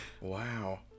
Wow